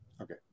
Okay